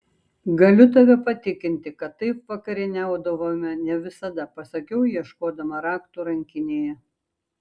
galiu tave patikinti kad taip vakarieniaudavome ne visada pasakiau ieškodama raktų rankinėje